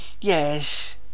yes